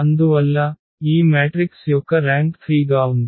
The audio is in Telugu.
అందువల్ల ఈ మ్యాట్రిక్స్ యొక్క ర్యాంక్ 3 గా ఉంది